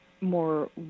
More